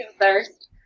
thirst